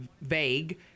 vague